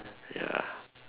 ya